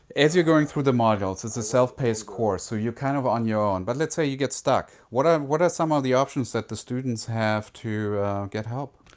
as you're going through the modules, it's a self-paced course, so you're kind of on your own, but let's say you get stuck. what are what are some of the options that the students have to get help?